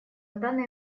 данный